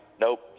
Nope